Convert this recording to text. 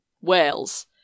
Wales